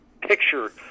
picture